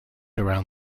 around